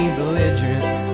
belligerent